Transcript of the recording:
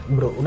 Bro